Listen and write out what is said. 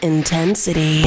Intensity